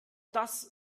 das